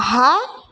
હા